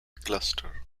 cluster